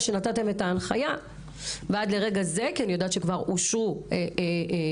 שנתתם את ההנחיה ועד לרגע זה כי אני יודעת שאושרו ניתוחים